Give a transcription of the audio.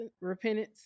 repentance